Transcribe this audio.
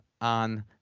on